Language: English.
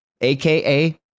aka